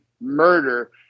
murder